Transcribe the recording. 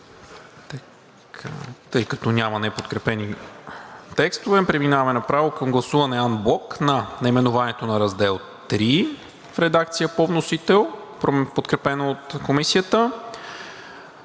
Тъй като няма неподкрепени текстове, преминаваме направо към гласуване анблок на: наименованието на Раздел III в редакция по вносител, подкрепено от Комисията,